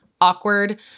awkward